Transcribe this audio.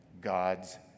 God's